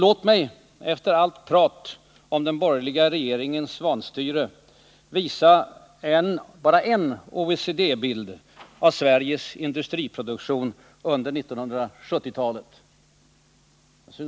Låt mig, efter allt prat om den borgerliga regeringens vanstyre, visa bara en enda OECD-bild av Sveriges industriproduktion under 1970-talet.